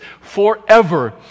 forever